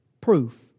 proof